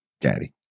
Daddy